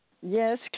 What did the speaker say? Yes